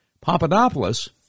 Papadopoulos